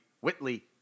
Whitley